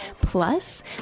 Plus